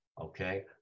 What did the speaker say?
okay